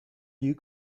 you